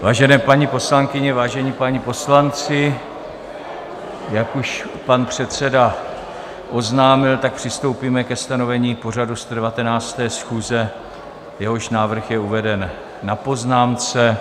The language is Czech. Vážené paní poslankyně, vážení páni poslanci, jak už pan předseda oznámil, přistoupíme ke stanovení pořadu 119. schůze, jehož návrh je uveden na pozvánce.